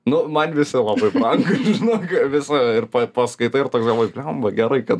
nu man visi labai brangūs žinok visą paskaitai ir toks galvoji blemba gerai kad